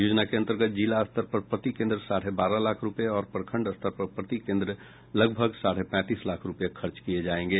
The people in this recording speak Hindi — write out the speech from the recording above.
योजना के अन्तर्गत जिला स्तर पर प्रति केन्द्र साढ़े बारह लाख रूपये और प्रखंड स्तर पर प्रति केन्द्र लगभग साढ़े पैंतीस लाख रूपये खर्च किये जायेंगे